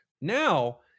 Now